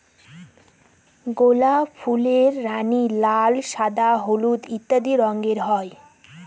গোলাপ ফুলের রানী, লাল, সাদা, হলুদ ইত্যাদি রঙের হয়